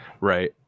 Right